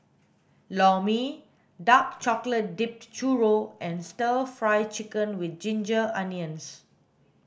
lor mee dark chocolate dipped churro and stir fry chicken with ginger onions